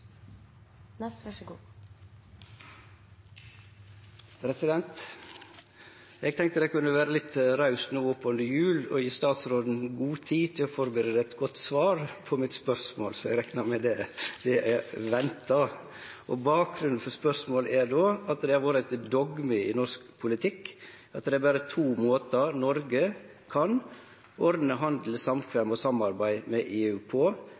tredjelandssamarbeid i så fall vil bli organisert. Eg tenkte eg kunne vere litt raus no opp under jul og gje statsråden god tid til å førebu eit godt svar på spørsmålet mitt, for eg reknar med at det er venta! Bakgrunnen for spørsmålet er at det har vore eit dogme i norsk politikk at det berre er to måtar Noreg kan ordne handel, samkvem og samarbeid med EU på,